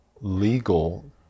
legal